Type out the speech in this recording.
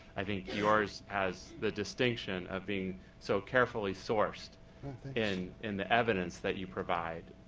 i think yours has the distinction of being so carefully sourced in in the evidence that you provide.